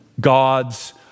God's